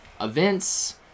events